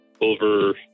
over